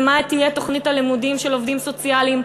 ומה תהיה תוכנית הלימודים של עובדים סוציאליים,